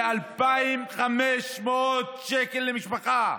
50 שקל, זה 2,500 שקל למשפחה.